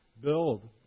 build